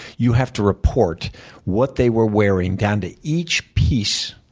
you have to report what they were wearing down to each piece.